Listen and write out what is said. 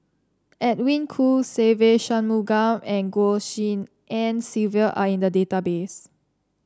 Edwin Koo Se Ve Shanmugam and Goh Tshin En Sylvia are in the database